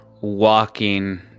walking